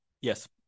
Yes